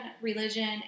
religion